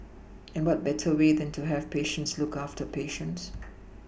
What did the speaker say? and what better way than to have patients look after patients